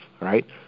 right